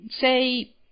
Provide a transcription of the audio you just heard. say